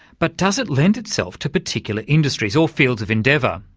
but does it lend itself to particular industries or fields of endeavour?